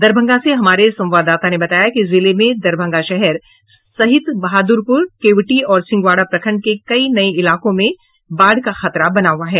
दरभंगा से हमारे संवाददाता ने बताया कि जिले में दरभंगा शहर सहित बहाद्रपूर केवटी और सिंघवाड़ा प्रखंड के कई नये इलाकों में बाढ़ का खतरा बना हुआ है